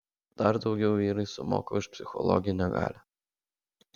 dar daugiau vyrai sumoka už psichologinę galią